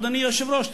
אדוני היושב-ראש,